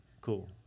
cool